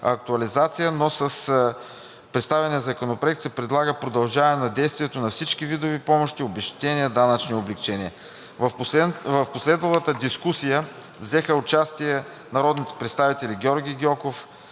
актуализация, но с представения законопроект се предлага продължаване на действието на всички видове помощи, обезщетения, данъчни облекчения. В последвалата дискусия участие взеха народните представители Георги Гьоков